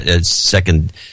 second